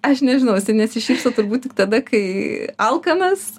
aš nežinau jis nesišypso turbūt tik tada kai alkanas